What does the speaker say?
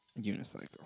Unicycle